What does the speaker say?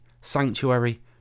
sanctuary